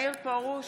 מאיר פרוש,